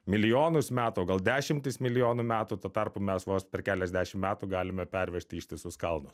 milijonus metų gal dešimtis milijonų metų tuo tarpu mes vos per keliasdešim metų galime pervežti ištisus kalnus